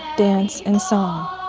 dance, and song.